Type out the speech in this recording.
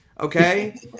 okay